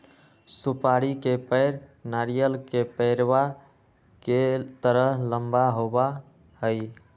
सुपारी के पेड़ नारियल के पेड़वा के तरह लंबा होबा हई